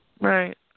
right